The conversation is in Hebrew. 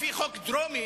לפי חוק דרומי,